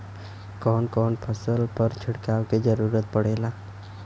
कवन कवन फसल पर छिड़काव के जरूरत पड़ेला?